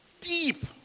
deep